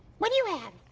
what do you have?